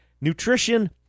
Nutrition